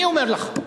אני אומר לך.